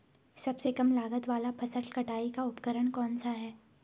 सबसे कम लागत वाला फसल कटाई का उपकरण कौन सा है?